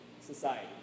society